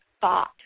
thought